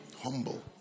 Humble